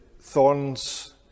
thorns